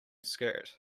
skirt